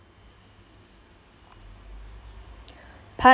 part